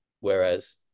Whereas